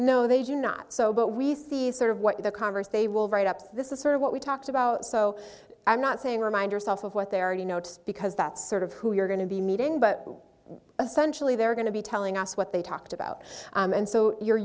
know they do not so but we see sort of what the converse they will write up this is sort of what we talked about so i'm not saying remind yourself of what they already know it's because that's sort of who you're going to be meeting but essentially they're going to be telling us what they talked about and so you're